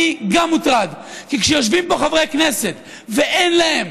אני גם מוטרד, כי כשיושבים פה חברי כנסת ואין להם